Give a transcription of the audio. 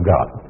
God